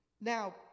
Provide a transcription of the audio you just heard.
Now